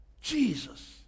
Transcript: Jesus